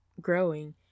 growing